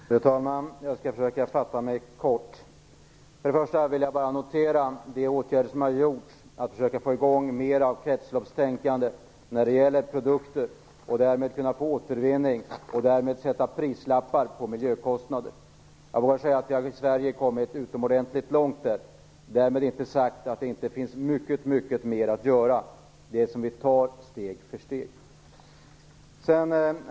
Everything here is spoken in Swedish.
Fru talman! Jag skall försöka fatta mig kort. Jag vill till att börja med notera de åtgärder som vidtagits för att försöka få i gång mer av kretsloppstänkande när det gäller produkter och därmed kunna få återvinning och sätta prislappar på miljökostnader. Jag vågar säga att vi i Sverige har kommit utomordentligt långt. Därmed inte sagt att det inte finns mycket mer att göra. Det får vi göra steg för steg.